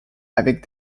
avec